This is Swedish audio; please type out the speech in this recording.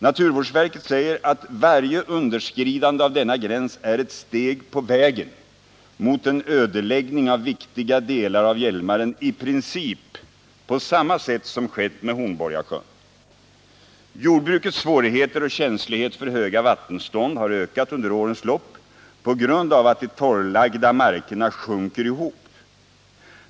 Naturvårdsverket säger att varje underskridande av denna gräns är ett steg på vägen mot en ödeläggning av viktiga delar av Hjälmaren, i princip på samma sätt som skett med Hornborgasjön. Jordbrukets svårigheter och känslighet för höga vattenstånd har ökat under årens lopp på grund av att de torrlagda markerna sjunker ihop.